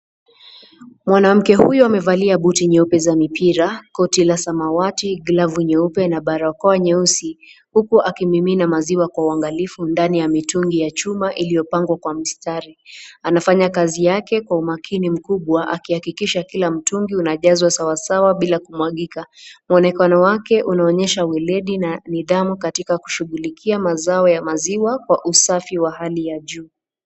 Mwanamke huyu amevalia buti nyeupe za mpira, koti la samawati, glavu nyeupe na barakoa nyeusi, huku akimimina maziwa kwa uangakifu ndani ya mitungi ya chuma iliyopangwa kwa mstari, anafanya kazi yake kwa umakini mkubwa akihakikisha kila mtungi unajazwa sawasawa bila kumqagika, mwonekano wake unaonyesha ueledi na nidhamu katika kushughulikia mazao ya maziwa kwa usafi wa hali ya juu.